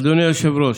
אדוני היושב-ראש,